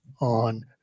on